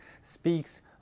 speaks